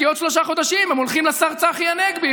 כי בעוד שלושה חודשים הם הולכים לשר צחי הנגבי.